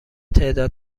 تعداد